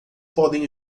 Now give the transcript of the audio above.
podem